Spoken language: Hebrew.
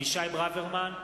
אבישי ברוורמן,